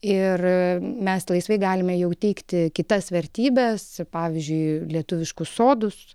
ir mes laisvai galime jau teikti kitas vertybes pavyzdžiui lietuviškus sodus